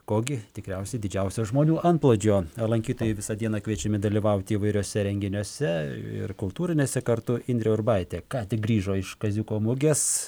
ko gi tikriausiai didžiausio žmonių antplūdžio lankytojai visą dieną kviečiami dalyvauti įvairiuose renginiuose ir kultūrinėse kartu indrė urbaitė ką tik grįžo iš kaziuko mugės